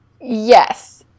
yes